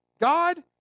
God